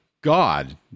god